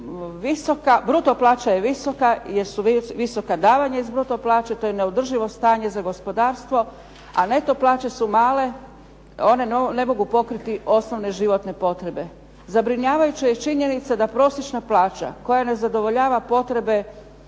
bruto plaća je visoka jer su visoka davanja iz bruto plaće. To je neodrživo stanje za gospodarstvo, a neto plaće su male. One ne mogu pokriti osnovne životne potrebe. Zabrinjavajuća je činjenica da prosječna plaća koja ne zadovoljava potrebe,